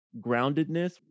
groundedness